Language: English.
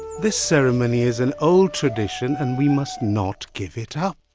this ceremony is an old tradition and we must not give it up.